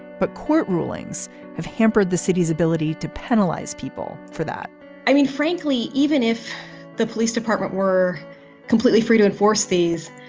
but court rulings have hampered the city's ability to penalize people for that i mean, frankly, even if the police department were completely free to enforce these,